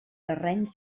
terreny